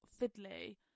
fiddly